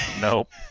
Nope